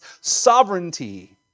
sovereignty